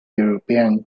european